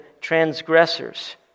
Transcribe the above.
transgressors